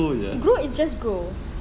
grow is just grow